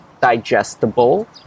digestible